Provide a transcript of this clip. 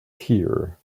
tear